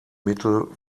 mittel